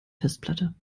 festplatte